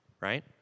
right